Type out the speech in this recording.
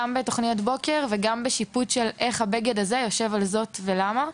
גם בתוכניות בוקר וגם בדיון שיפוטי על איך הבגד הזה יושב על זאת ולמה.